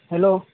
hello